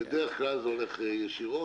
בדרך כלל זה הולך ישירות.